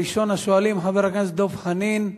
ראשון השואלים, חבר הכנסת דב חנין.